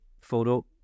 photo